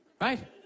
right